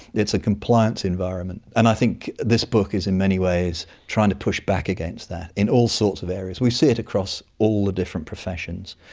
it's a compliance environment, and i think this book is in many ways trying to push back against that in all sorts of areas. we see it across all the different professions,